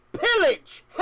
pillage